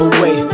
Away